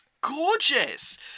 gorgeous